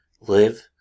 live